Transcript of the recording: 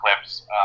clips